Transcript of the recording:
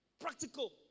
Practical